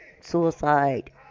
suicide